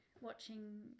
watching